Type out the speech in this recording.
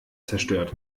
zerstört